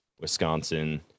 Wisconsin